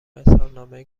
اظهارنامه